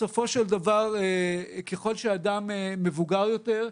בסופו של דבר, ככל שאדם מבוגר יותר,